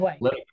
let